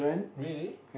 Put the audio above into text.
really